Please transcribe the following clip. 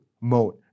mode